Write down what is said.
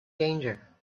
danger